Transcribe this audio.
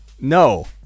No